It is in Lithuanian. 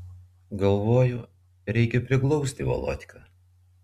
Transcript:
galvoju reikia priglausti volodką